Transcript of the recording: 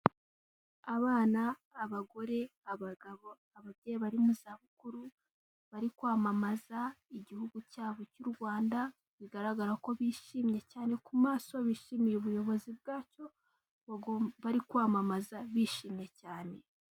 Abana, abagore, abagabo, ababyeyi bari mu za bukuru, bari kwamamaza Igihugu cyabo cy'u Rwanda, bigaragara ko bishimye cyane ku maso bishimiye ubuyobozi bwacyo, bari kwamamaza bishimye cyane.